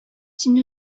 син